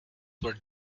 were